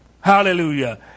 Hallelujah